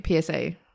PSA